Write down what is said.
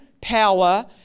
power